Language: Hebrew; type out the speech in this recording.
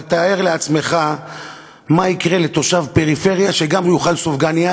אבל תאר לעצמך מה יקרה לתושב פריפריה שגם יאכל סופגנייה,